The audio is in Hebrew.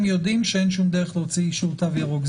יודעים שאין שום דרך להוציא אישור תו ירוק,